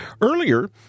Earlier